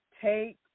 take